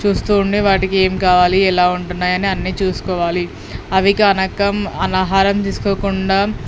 చూస్తూ ఉంటే వాటికి ఏం కావాలి ఎలా ఉంటున్నాయి అని అన్నీ చూసుకోవాలి అవి కనుక ఆహారం తీసుకోకుండా